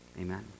Amen